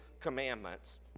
Commandments